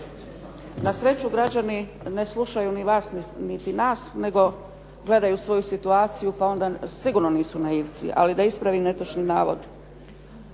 Na sreću građani ne slušaju ni vas, niti nas nego gledaju svoju situaciju, pa onda sigurno nisu naivci. Ali da ispravim netočni navod.